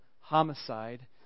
homicide